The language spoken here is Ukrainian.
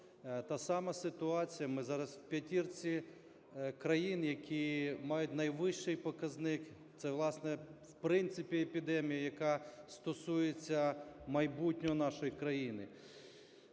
ж сама ситуація, ми зараз у п'ятірці країн, які мають найвищий показник. Це, власне, в принципі епідемія, яка стосується майбутнього нашої країни.